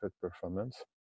performance